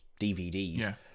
DVDs